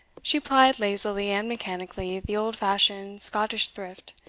she plied lazily and mechanically the old-fashioned scottish thrift,